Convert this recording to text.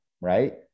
right